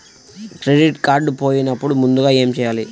Credit card పోయినపుడు ముందుగా ఏమి చేయాలి?